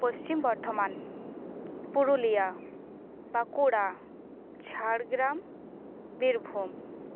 Paschim Bardhaman Purulia Bankura Jhargram Birbhum